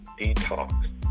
detox